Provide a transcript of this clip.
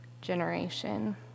generation